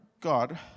God